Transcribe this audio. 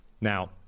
now